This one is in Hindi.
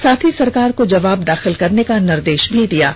साथ ही सरकार को जवाब दाखिल करने का निर्देश दिया है